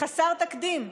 חסר תקדים.